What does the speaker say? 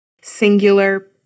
singular